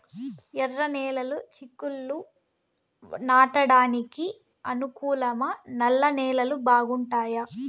ఎర్రనేలలు చిక్కుళ్లు నాటడానికి అనుకూలమా నల్ల నేలలు బాగుంటాయా